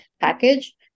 package